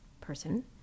person